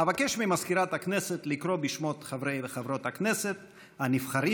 אבקש ממזכירת הכנסת לקרוא בשמות חברי וחברות הכנסת הנבחרים,